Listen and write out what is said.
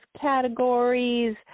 categories